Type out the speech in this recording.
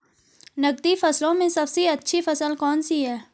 नकदी फसलों में सबसे अच्छी फसल कौन सी है?